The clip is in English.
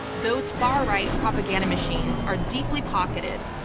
those far right propaganda machines are deeply pocketed.